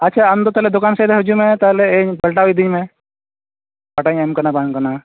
ᱟᱪᱷᱟ ᱟᱢ ᱫᱚ ᱛᱟᱦᱚᱞᱮ ᱫᱚᱠᱟᱱ ᱥᱮᱫ ᱦᱤᱡᱩᱜ ᱢᱮ ᱛᱟᱦᱚᱞᱮ ᱤᱧ ᱯᱟᱞᱴᱟᱣ ᱤᱫᱤ ᱢᱮ ᱚᱠᱟᱴᱟᱜ ᱤᱧ ᱮᱢ ᱠᱟᱱᱟ ᱵᱟᱝ ᱠᱟᱱᱟ